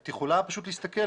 את יכולה להסתכל.